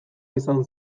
izan